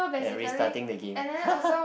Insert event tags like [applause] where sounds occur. and restarting the game [laughs]